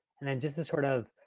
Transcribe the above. and then just to sort of,